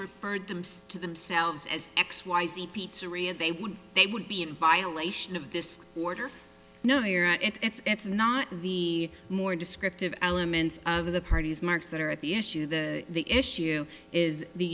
referred them say to themselves as x y z pizzeria they would they would be in violation of this order no it's not the more descriptive elements of the party's marks that are at the issue the issue is the